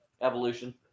evolution